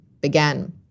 began